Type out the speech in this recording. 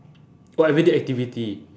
what everyday activity